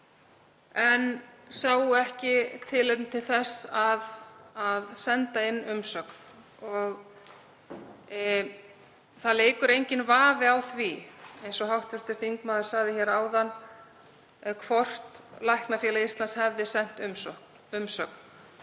sáu ekki tilefni til þess að senda inn umsögn og það leikur enginn vafi á því, eins og hv. þingmaður sagði áðan, hvort Læknafélag Íslands hafi sent umsögn.